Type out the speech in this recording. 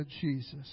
Jesus